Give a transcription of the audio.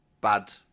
bad